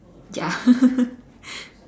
ya